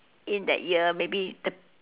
in that year maybe the